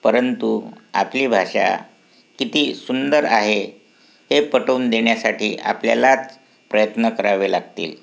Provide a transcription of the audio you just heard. परंतु आपली भाषा किती सुंदर आहे हे पटवून देण्यासाठी आपल्यालाच प्रयत्न करावे लागतील